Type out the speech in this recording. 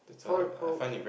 how how